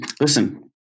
Listen